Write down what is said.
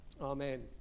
Amen